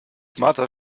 mother